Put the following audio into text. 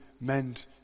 meant